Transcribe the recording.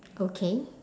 okay